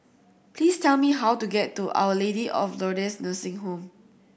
please tell me how to get to Our Lady of Lourdes Nursing Home